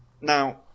Now